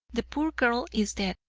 the poor girl is dead,